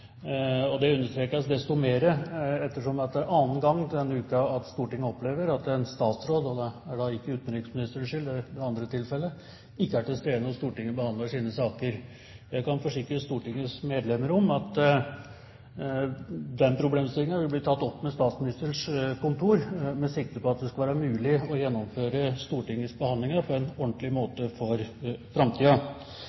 Det understrekes desto mer ettersom det er annen gang denne uken at Stortinget opplever at en statsråd – og det er da ikke utenriksministerens skyld i det andre tilfellet – ikke er til stede når Stortinget behandler sine saker. Jeg kan forsikre Stortingets medlemmer om at den problemstillingen vil bli tatt opp med Statsministerens kontor med sikte på at det skal være mulig å gjennomføre Stortingets behandlinger på en ordentlig